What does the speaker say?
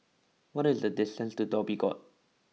what is the distance to Dhoby Ghaut